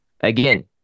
Again